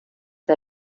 der